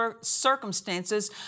circumstances